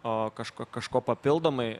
o kažko kažko papildomai